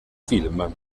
film